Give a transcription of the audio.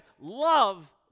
love